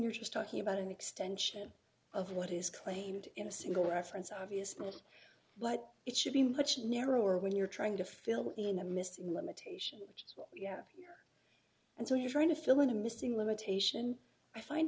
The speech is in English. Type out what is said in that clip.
you're just talking about an extension of what is claimed in a single reference obviousness but it should be much narrower when you're trying to fill in the missing limitation which is what you have here and so you're trying to fill in a missing limitation i find